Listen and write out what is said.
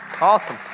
Awesome